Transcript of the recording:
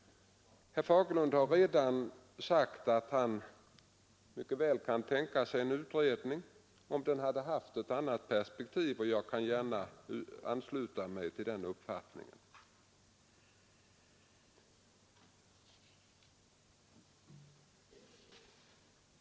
Herr Fagerlund har redan sagt att han mycket väl skulle ha kunnat tänka sig en utredning om den hade haft ett annat perspektiv, och jag kan gärna ansluta mig till den uppfattningen.